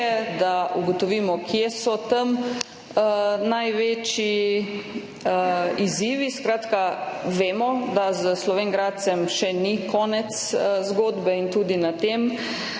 da ugotovimo, kje so tam največji izzivi. Skratka vemo, da s Slovenj Gradcem še ni konec zgodbe in tudi na tem